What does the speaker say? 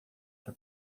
para